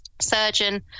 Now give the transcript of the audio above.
surgeon